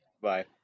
Bye